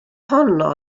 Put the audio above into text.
honno